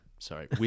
Sorry